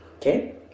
okay